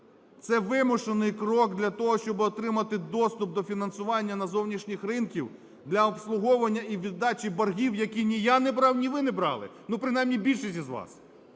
це вимушений крок для того, щоб отримати доступ до фінансування на зовнішніх ринках для обслуговування і віддачі боргів, які ні я не брав, ні ви не брали, ну, принаймні більшість із вас.